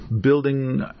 building